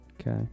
Okay